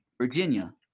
Virginia